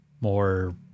more